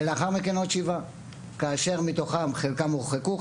לאחר מכן נעצרו עוד 7. מתוכם, חלקם הורחקו.